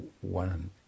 one